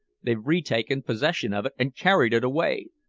they've retaken possession of it and carried it away!